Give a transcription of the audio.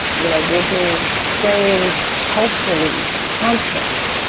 you know, we're being framed culturally, constantly,